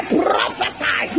prophesy